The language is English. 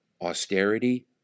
austerity